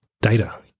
data